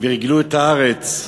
וריגלו את הארץ: